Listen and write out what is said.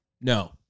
No